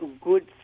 good